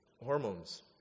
hormones